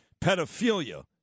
pedophilia